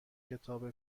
کتاب